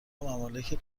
ممالک